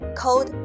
cold